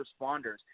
responders